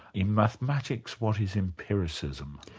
in mathematics, what is empiricism?